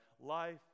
life